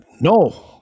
no